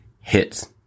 Hits